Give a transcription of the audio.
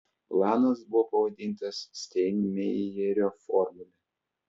planas buvo pavadintas steinmeierio formule